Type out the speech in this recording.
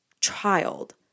child